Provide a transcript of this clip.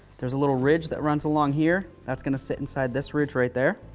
there's a little ridge that runs along here, that's going to sit inside this route right there.